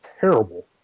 terrible